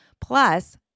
plus